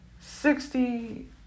sixty